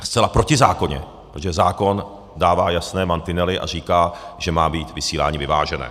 Zcela protizákonně, protože zákon dává jasné mantinely a říká, že má být vysílání vyvážené.